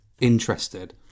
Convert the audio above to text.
interested